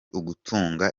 ugutanga